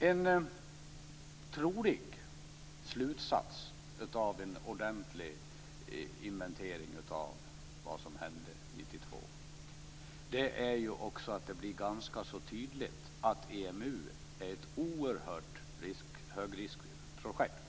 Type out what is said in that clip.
En trolig slutsats av en ordentlig inventering av vad som hände 1992 är att det blir ganska tydligt att EMU är ett oerhört högriskprojekt.